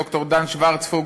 ד"ר דן שוורצפוקס